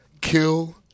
Kill